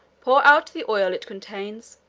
pour out the oil it contains,